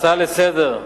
הצעה לסדר-היום,